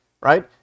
right